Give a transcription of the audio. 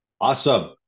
awesome